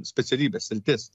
specialybes sritis